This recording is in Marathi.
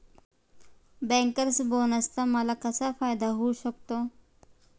बँकर्स बोनसचा मला कसा फायदा होऊ शकतो?